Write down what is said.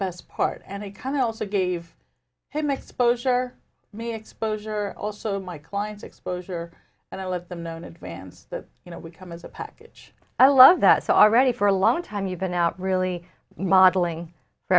best part and it kind of also gave him exposure me exposure also my clients exposure and i let them know in advance that you know we come as a package i love that so already for a long time you've been out really modeling for